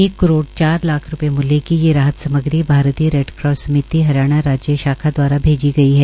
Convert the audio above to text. एक करोड़ चार लाख रुपये मूल्य की यह राहत सामग्री भारतीय रैडक्रास समिति हरियाणा राज्य शाखा दवारा भेजी गई है